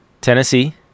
tennessee